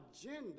agenda